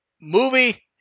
movie